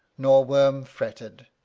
nor worm fretted.